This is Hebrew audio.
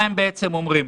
מה הם בעצם אומרים?